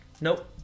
Nope